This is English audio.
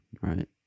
right